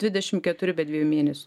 dvidešim keturi be dviejų mėnesių